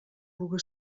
puga